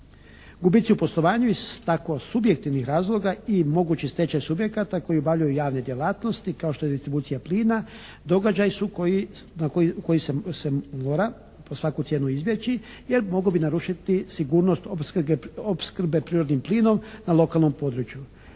Gubici u poslovanju iz tako subjektivnih razloga i mogući stečaj subjekata koji obavljaju javne djelatnosti kao što je distribucija plina događaji su koje se mora po svaku cijenu izbjeći jer mogao bi narušiti sigurnost opskrbe prirodnim plinom na lokalnom području.